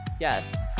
yes